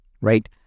right